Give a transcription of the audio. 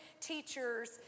teachers